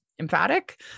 emphatic